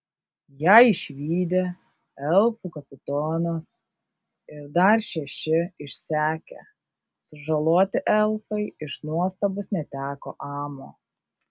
ją išvydę elfų kapitonas ir dar šeši išsekę sužaloti elfai iš nuostabos neteko amo